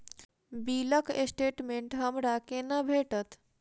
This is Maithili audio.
बिलक स्टेटमेंट हमरा केना भेटत?